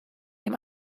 dem